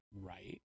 right